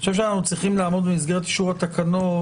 חושב שאנחנו צריכים לעמוד במסגרת אישור התקנות,